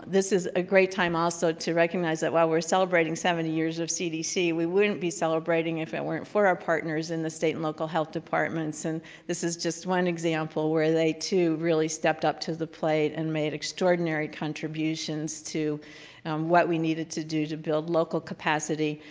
this is a great time also to recognize that while we're celebrating seventy years at cdc, we wouldn't be celebrating if it weren't for our partners in the state and local health departments and this is just one example where they too, really stepped up to the plate and made extraordinary contributions to what we needed to do to build local capacity.